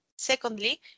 Secondly